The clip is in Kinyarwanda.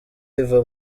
riva